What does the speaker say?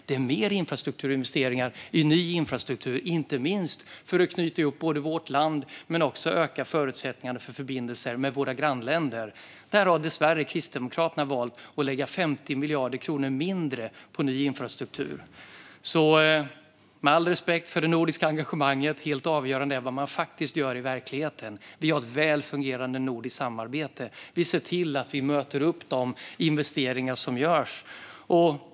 Det är mer investeringar i ny infrastruktur, inte minst för att knyta ihop vårt land men också för att öka förutsättningarna för förbindelser med våra grannländer. Där har dessvärre Kristdemokraterna valt att lägga 50 miljarder mindre på ny infrastruktur. Med all respekt för det nordiska engagemanget - helt avgörande är vad man faktiskt gör i verkligheten. Vi har ett väl fungerande nordiskt samarbete. Vi ser till att vi möter upp de investeringar som görs.